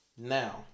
Now